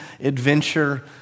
adventure